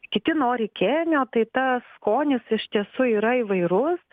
kiti nori kenio tai tas skonis iš tiesų yra įvairus